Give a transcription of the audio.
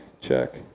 check